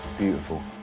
beautiful.